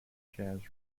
jazz